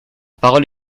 parole